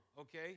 okay